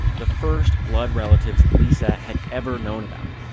the first blood relatives lisa had ever known about.